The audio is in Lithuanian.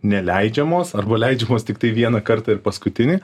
neleidžiamos arba leidžiamos tiktai vieną kartą ir paskutinį